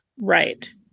Right